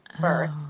birth